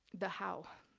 the how.